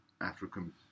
African